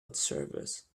observers